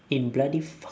in bloody fuck~